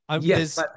Yes